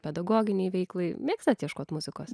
pedagoginei veiklai mėgstat ieškot muzikos